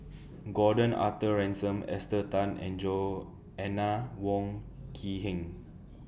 Gordon Arthur Ransome Esther Tan and Joanna Wong Quee Heng